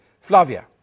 Flavia